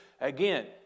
Again